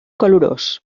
calorós